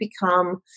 become